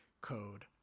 code